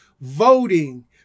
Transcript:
voting